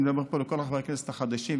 אני מדבר פה לכל חברי הכנסת החדשים,